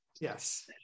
Yes